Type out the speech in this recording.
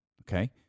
Okay